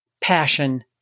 passion